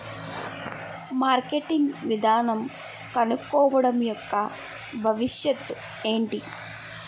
Marketing విధానం కనుక్కోవడం యెక్క భవిష్యత్ ఏంటి?